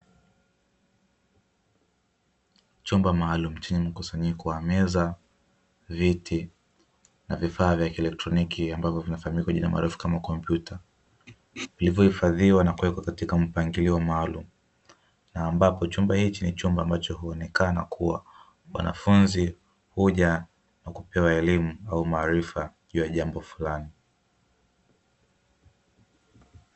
Chomba maalum chenye makusanyiko kwa meza viti na vifaa vya kielektroniki ambavyo vinafanyika ilivyohifadhiwa na kuwekwa katika mpangilio maalum na ambapo chumba hiki ni chumba ambacho huonekana kuwa wanafunzi huja na kupewa elimu au maarifa ya jambo fulani.